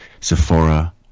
Sephora